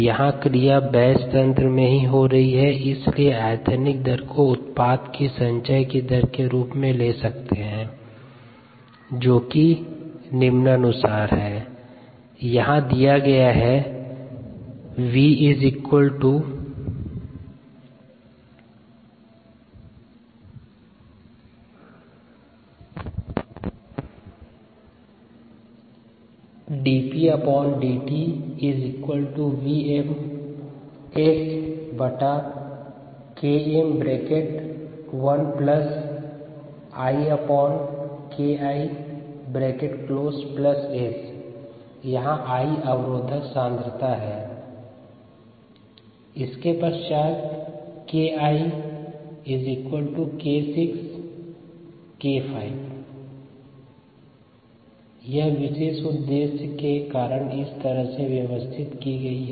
यहाँ क्रिया बैच तंत्र में हो रही है इसलिए आयतनिक दर को उत्पाद की संचय दर के रूप में ले सकते है जो निम्नानुसार है यहाँ I अवरोधक सांद्रता है यह विशेष उद्देश्य के कारण इस तरह से व्यवस्थित की गई है